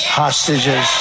hostages